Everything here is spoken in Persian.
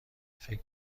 فکر